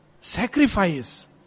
sacrifice